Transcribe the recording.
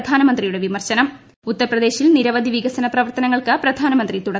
പ്രധാനമന്ത്രിയുടെ വിമർശനം ഉത്തർ പ്രദേശിൽ നിരവധി വികസന പ്രവർത്തനങ്ങൾക്ക് പ്രധാനമന്ത്രി തുടക്കമിട്ടു